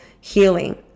healing